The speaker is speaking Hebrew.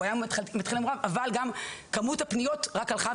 הוא היה מלכתחילה מורעב אבל גם כמות הפניות רק הלכה